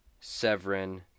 Severin